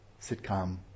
sitcom